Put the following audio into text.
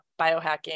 biohacking